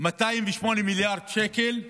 208 מיליארד שקל,